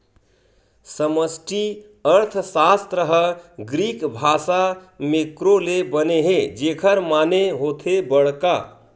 समस्टि अर्थसास्त्र ह ग्रीक भासा मेंक्रो ले बने हे जेखर माने होथे बड़का